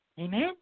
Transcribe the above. Amen